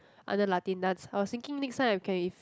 under Latin dance I was thinking next time I can with